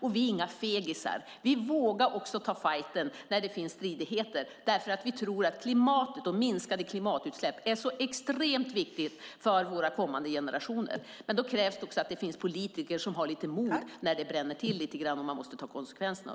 Vi är inga fegisar, vi vågar ta fajten när det finns stridigheter därför att vi tror att minskade klimatutsläpp är extremt viktigt för våra kommande generationer. Då krävs det att det finns politiker som har mod när det bränner till och man måste ta konsekvenserna.